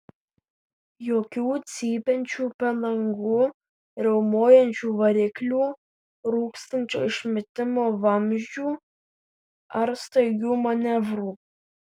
jokių cypiančių padangų riaumojančių variklių rūkstančių išmetimo vamzdžių ar staigių manevrų